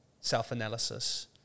self-analysis